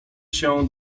się